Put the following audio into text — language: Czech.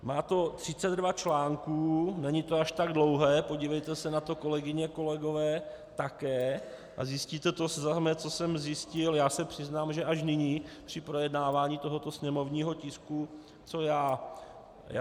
Má to 32 článků, není to až tak dlouhé, podívejte se na to, kolegyně, kolegové, také a zjistíte to samé, co jsem zjistil, já se přiznám, že až nyní při projednávání tohoto sněmovního tisku, co já.